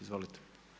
Izvolite.